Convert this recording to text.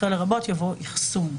אחרי "לרבות" יבוא "אחסון".